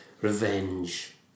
revenge